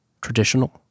traditional